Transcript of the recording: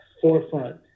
forefront